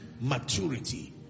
maturity